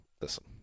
listen